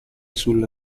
sulla